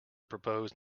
proposed